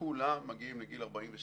כולם מגיעים לגיל 42,